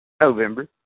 November